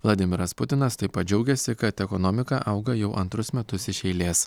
vladimiras putinas taip pat džiaugiasi kad ekonomika auga jau antrus metus iš eilės